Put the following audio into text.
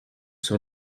sur